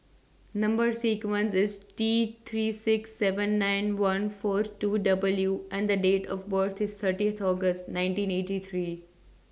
Number sequence IS T three six seven nine one four two W and The Date of birth IS thirtieth August nineteen eighty three